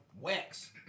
wax